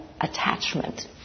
attachment